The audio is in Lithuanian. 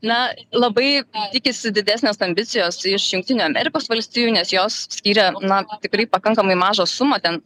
na labai tikisi didesnės ambicijos iš jungtinių amerikos valstijų nes jos skyrė na tikrai pakankamai mažą sumą ten